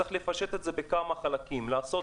צריך לפשט את זה לכמה חלקים, לעשות